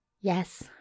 Yes